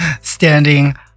standing